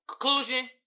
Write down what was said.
Conclusion